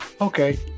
Okay